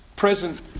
present